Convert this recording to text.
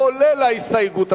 כולל ההסתייגות,